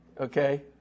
Okay